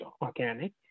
organic